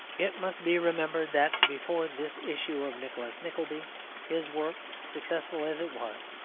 it must be remembered that before this issue of nicholas nickleby his work, successful as it was,